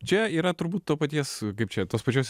čia yra turbūt to paties kaip čia tos pačios